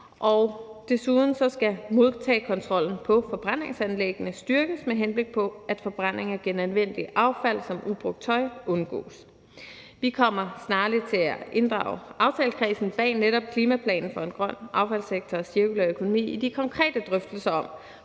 og desuden skal modtagekontrollen på forbrændingsanlæggene styrkes, med henblik på at forbrænding af genanvendeligt affald som ubrugt tøj undgås. Vi kommer snarligt til at inddrage aftalekredsen bag netop »Klimaplan for en grøn affaldssektor og cirkulær økonomi« i de konkrete drøftelser om,